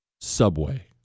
Subway